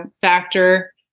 factor